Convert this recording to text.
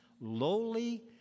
lowly